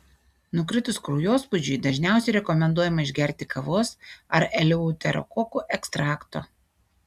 nukritus kraujospūdžiui dažniausiai rekomenduojama išgerti kavos ar eleuterokokų ekstrakto